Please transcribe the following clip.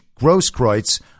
Grosskreutz